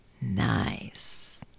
Nice